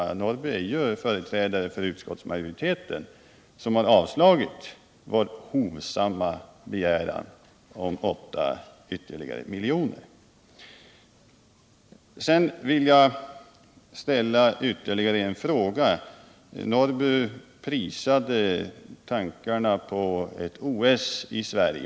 Karl-Eric Norrby är ju ändå företrädare för utskottsmajoriteten som har avstyrkt vår hovsamma begäran om ytterligare 8 miljoner. Sedan vill jag ställa ännu en fråga med anledning av att Karl-Eric Norrby prisade tankarna på ett OS i Sverige.